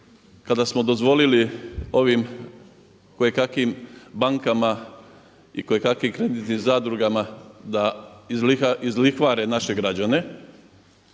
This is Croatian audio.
kada smo dozvolili ovim kojekakvim bankama i kojekakvim kreditnim zadrugama da izlihvare naše građane.